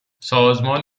سازمان